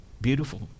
beautiful